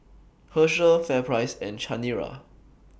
Herschel FairPrice and Chanira